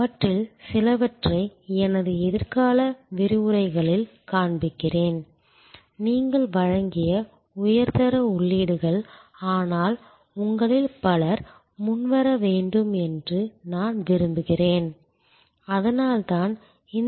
அவற்றில் சிலவற்றை எனது எதிர்கால விரிவுரைகளில் காண்பிக்கிறேன் நீங்கள் வழங்கிய உயர்தர உள்ளீடுகள் ஆனால் உங்களில் பலர் முன்வர வேண்டும் என்று நான் விரும்புகிறேன் அதனால்தான் இந்த டெம்ப்ளேட்களை வழங்குகிறேன்